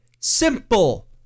Simple